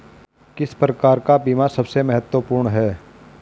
किस प्रकार का बीमा सबसे महत्वपूर्ण है?